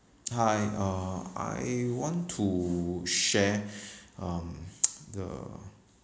hi uh I want to share um the